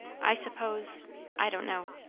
i suppose i don't know.